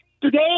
today